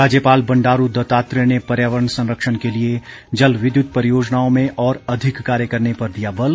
राज्यपाल बंडारू दत्तात्रेय ने पर्यावरण संरक्षण के लिए जल विद्युत उत्पादन में और अधिक कार्य करने पर दिया बल